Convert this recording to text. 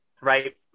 right